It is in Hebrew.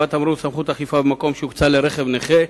הצבת תמרור וסמכות אכיפה במקום שהוקצה לרכב נכה).